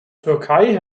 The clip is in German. türkei